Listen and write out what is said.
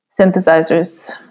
synthesizers